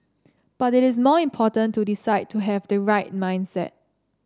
but it is more important to decide to have the right mindset